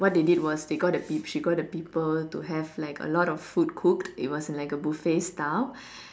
what they did was they got the B she got the people to have like a lot of food cooked it was like a buffet style